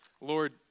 Lord